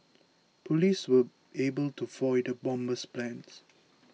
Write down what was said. police were able to foil the bomber's plans